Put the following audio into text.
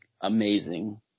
amazing